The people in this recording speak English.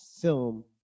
film